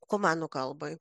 kumanų kalbai